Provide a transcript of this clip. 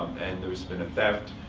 and there's been a theft,